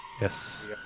Yes